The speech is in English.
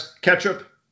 Ketchup